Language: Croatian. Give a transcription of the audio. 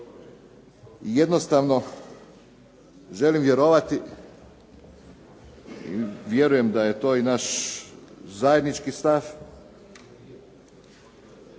Jednostavno želim vjerovati, vjerujem da je to i naš zajednički stav